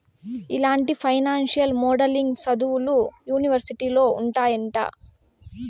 ఇలాంటి financial modelling సదువులు యూనివర్సిటీలో ఉంటాయంట